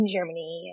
Germany